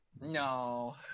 No